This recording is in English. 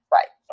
Right